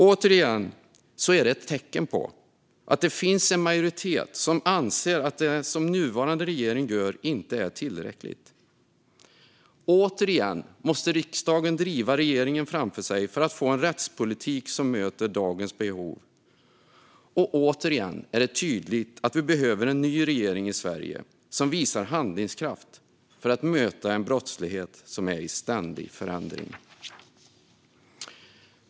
Återigen är detta ett tecken på att det finns en majoritet som anser att det som nuvarande regering gör inte är tillräckligt. Återigen måste riksdagen driva regeringen framför sig för att få en rättspolitik som möter dagens behov. Återigen är det tydligt att vi behöver en ny regering i Sverige som visar handlingskraft för att möta en brottslighet som är i ständig förändring.